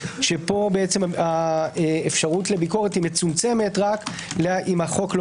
שפה האפשרות לביקורת היא מצומצמת רק אם החוק לא